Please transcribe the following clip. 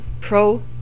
Pro